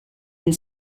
and